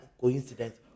coincidence